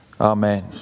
Amen